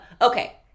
Okay